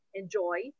enjoy